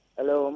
Hello